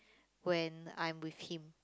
when I'm with him